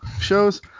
shows